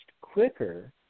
quicker